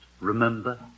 remember